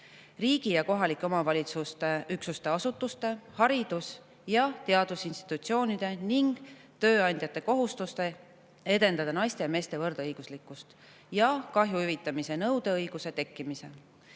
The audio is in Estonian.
riigi- ja kohalike omavalitsusüksuste asutuste, haridus- ja teadusinstitutsioonide ning tööandjate kohustuse edendada naiste ja meeste võrdõiguslikkust; kahju hüvitamise nõudeõiguse tekkimise.